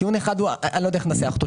טיעון אחד אני לא יודע איך לנסח אותו,